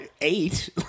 eight